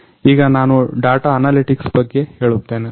ಈಗ ನಾನು data analytics ಬಗ್ಗೆ ಹೇಳುತ್ತೇನೆ